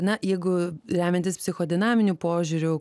na jeigu remiantis psicho dinaminiu požiūriu